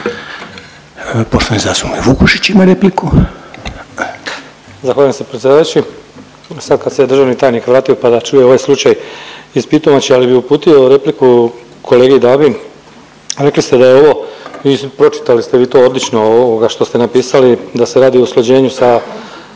ima repliku. **Vukušić, Mate (SDP)** Zahvaljujem g. predsjedavajući. Sad kad se državni tajnik vratio pa da čuje ovaj slučaj iz Pitomače, ali bi uputio repliku kolegi Dabi, rekli ste da je ovo pročitali ste vi to odlično ovoga što ste napisali da se radi o usklađenju sa